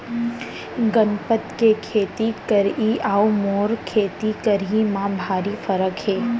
गनपत के खेती करई अउ मोर खेती करई म भारी फरक हे